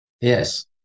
Yes